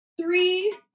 three